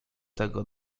tego